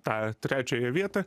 tą trečiąją vietą